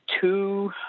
two